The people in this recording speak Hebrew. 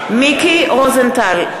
מיקי רוזנטל,